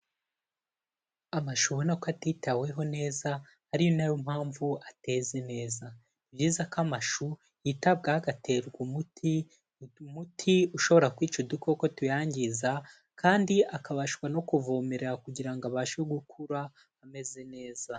Amashu ubona ko atitaweho neza, ari na yo mpamvu ateze neza. Ni byiza ko amashu yitabwaho agaterwa umuti, umuti ushobora kwica udukoko tuyangiza, kandi akabashwa no kuvomerera kugira ngo abashe gukura ameze neza.